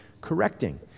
correcting